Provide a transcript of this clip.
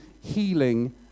healing